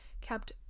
kept